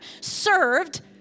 served